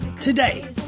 today